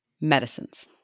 medicines